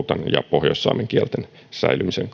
pohjoissaamen kielten säilymisen